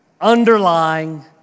underlying